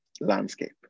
landscape